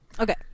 Okay